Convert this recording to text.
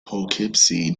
poughkeepsie